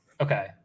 Okay